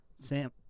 Sam